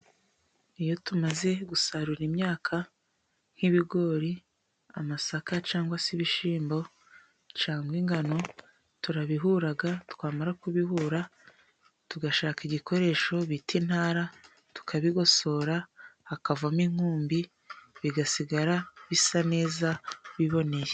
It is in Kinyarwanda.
Iyo tumaze gusarura imyaka nk'ibigori, amasaka cyangwa se ibishyimbo cyangwa ingano, turabihura. Twamara kubihura tugashaka igikoresho bita intara, tukabigosora hakavamo inkumbi, bigasigara bisa neza biboneye.